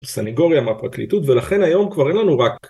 סניגוריה מהפרקליטות, ולכן היום כבר אין לנו רק